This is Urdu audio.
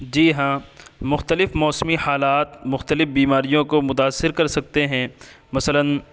جی ہاں مختلف موسمی حالات مختلف بیماریوں کو متأثر کر سکتے ہیں مثلاً